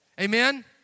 Amen